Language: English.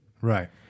Right